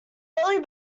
early